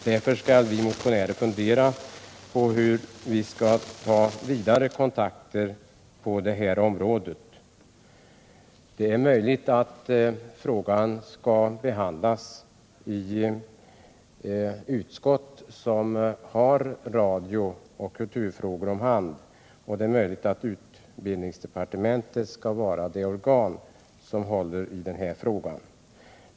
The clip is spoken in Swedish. Därför skall vi motionärer fundera på om vi skall ta vidare kontakter på det här området. Det är möjligt att frågan bör behandlas i det utskott som har radiooch kulturfrågor om hand och att utbildningsdepartementet således skall vara det organ som håller i ärendet.